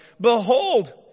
Behold